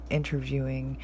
interviewing